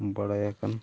ᱵᱟᱲᱟᱭᱟᱠᱟᱱ